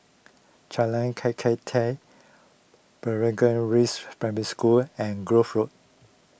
Jalan Kakatua Blangah Rise Primary School and Grove Road